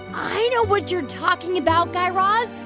i know what you're talking about, guy raz.